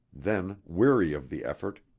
then, weary of the effort,